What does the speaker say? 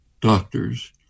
doctors